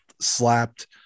slapped